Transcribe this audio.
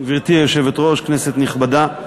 גברתי היושבת-ראש, כנסת נכבדה,